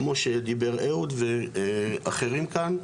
כמו שדיבר אהוד ואחרים כאן.